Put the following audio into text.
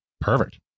perfect